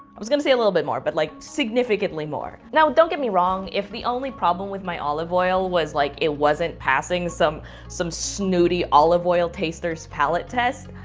i was gonna say a little bit more, but like significantly more. now don't get me wrong, if the only problem with my olive oil was like it wasn't passing some some snooty olive oil taster's palette tests,